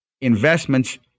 investments